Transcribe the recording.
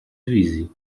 wizji